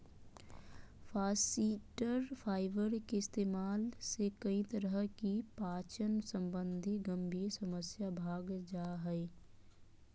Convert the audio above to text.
फास्इटर फाइबर के इस्तेमाल से कई तरह की पाचन संबंधी गंभीर समस्या भाग जा हइ